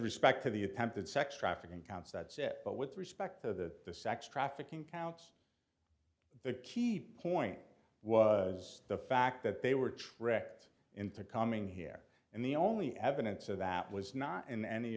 respect to the attempted sex trafficking counts that's but with respect to the sex trafficking counts the key point was the fact that they were tricked into coming here and the only evidence of that was not in any